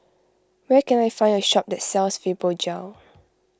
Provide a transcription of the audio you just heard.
where can I find a shop that sells Fibogel